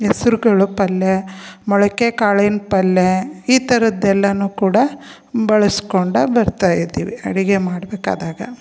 ಹೆಸ್ರ್ ಕಾಳು ಪಲ್ಯ ಮೊಳಕೆ ಕಾಳಿನ ಪಲ್ಯ ಈ ಥರದ್ದು ಎಲ್ಲನು ಕೂಡ ಬಳಸ್ಕೊಂಡೇ ಬರ್ತ ಇದ್ದೀವಿ ಅಡುಗೆ ಮಾಡಬೇಕಾದಾಗ